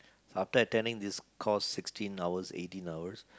after attending this course sixteen hours eighteen hours